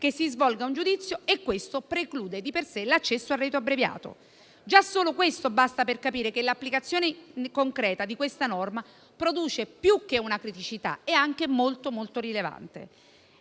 che si svolga un giudizio; questo preclude di per sé l'accesso al rito abbreviato. Già solo questo basta per capire che l'applicazione concreta di questa norma produce più di una criticità, e anche molto rilevante.